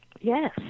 yes